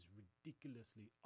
ridiculously